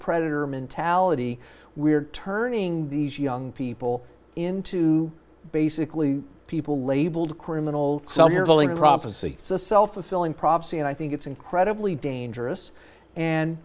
predator mentality we are turning these young people into basically people labeled criminals some here holding a prophecy is a self fulfilling prophecy and i think it's incredibly dangerous and